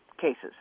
cases